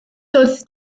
doedd